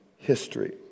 history